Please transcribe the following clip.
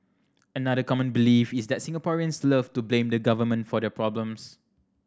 another common belief is that Singaporeans love to blame the Government for their problems